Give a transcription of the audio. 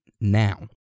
now